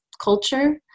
culture